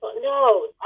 no